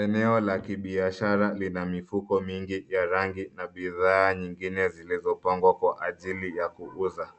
Eneo la kibiashara lina mifuko mingi ya rangi na bidhaa nyingine zilizopangwa kwa ajili ya kuuza